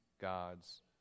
God's